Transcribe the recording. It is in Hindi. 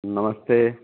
नमस्ते